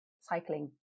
cycling